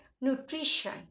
nutrition